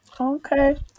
Okay